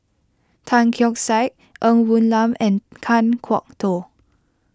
Tan Keong Saik Ng Woon Lam and Kan Kwok Toh